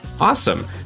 Awesome